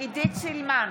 עידית סילמן,